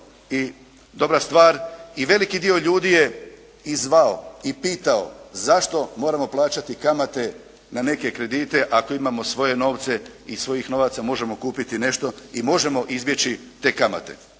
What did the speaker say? i veliki dio ljudi je i zvao i pitao, zašto moramo plaćati kamate na neke kredite, ako imamo svoje novce i iz svojih novaca možemo kupiti nešto i možemo izbjeći te kamete.